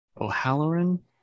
O'Halloran